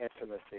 intimacy